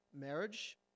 marriage